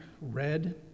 red